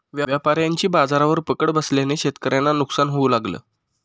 व्यापाऱ्यांची बाजारावर पकड बसल्याने शेतकऱ्यांना नुकसान होऊ लागलं